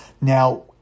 Now